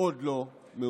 עוד לא מאוחר.